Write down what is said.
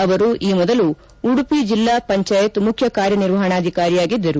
ಅವರು ಈ ಮೊದಲು ಉಡುಪಿ ಜಿಲ್ಲಾ ಪಂಚಾಯತ್ ಮುಖ್ಯ ಕಾರ್ಯನಿರ್ವಹಣಾಧಿಕಾರಿಯಾಗಿದ್ದರು